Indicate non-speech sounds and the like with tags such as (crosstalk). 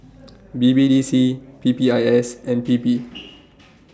B B D C P P I S and P P (noise)